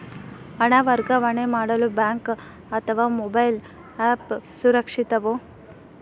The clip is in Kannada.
ಹಣ ವರ್ಗಾವಣೆ ಮಾಡಲು ಬ್ಯಾಂಕ್ ಅಥವಾ ಮೋಬೈಲ್ ಆ್ಯಪ್ ಸುರಕ್ಷಿತವೋ?